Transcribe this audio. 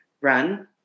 run